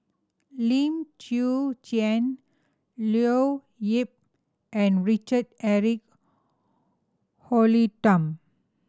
Lim Chwee Chian Leo Yip and Richard Eric